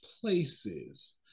places